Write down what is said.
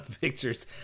pictures